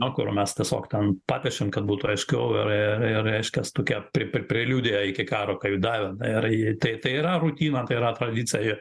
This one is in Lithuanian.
o kur mes tiesiog ten papiešiam kad būtų aiškiau ir ir ir reiškias tu kia pri p preliudiją iki karo kaip davėm ir į tai tai yra rutina tai yra tralycaja